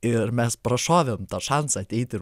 ir mes prašovėm tą šansą ateiti ir